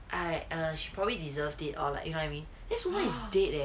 I err she probably deserved it or like you know what I mean this woman is dead leh